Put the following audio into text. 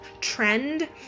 trend